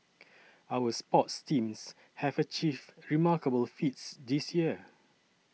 our sports teams have achieved remarkable feats this year